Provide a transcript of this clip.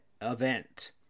event